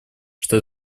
что